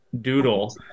doodle